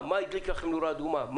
מה הדליק לכם נורה אדומה?